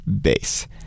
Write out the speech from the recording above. bass